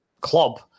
club